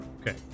Okay